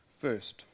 first